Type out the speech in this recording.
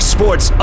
Sports